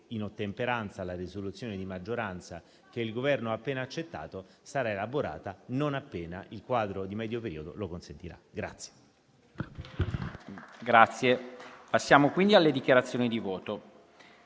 in ottemperanza alla risoluzione di maggioranza che il Governo ha appena accettato, sarà elaborata non appena il quadro di medio periodo lo consentirà.